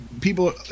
people